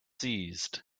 seized